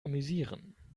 amüsieren